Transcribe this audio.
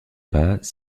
pas